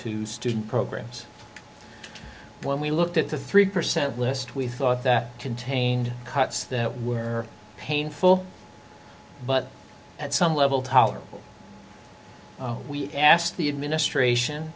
to student programs when we looked at the three percent list we thought that contained cuts that were painful but at some level tolerable we asked the administration